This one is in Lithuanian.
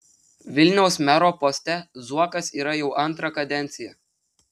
vilniaus mero poste zuokas yra jau antrą kadenciją